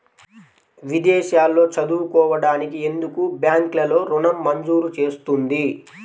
విదేశాల్లో చదువుకోవడానికి ఎందుకు బ్యాంక్లలో ఋణం మంజూరు చేస్తుంది?